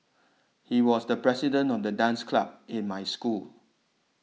he was the president of the dance club in my school